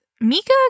Mika